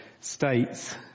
states